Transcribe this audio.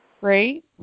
Great